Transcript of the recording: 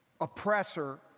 oppressor